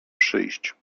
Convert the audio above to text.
przyjść